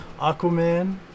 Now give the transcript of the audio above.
Aquaman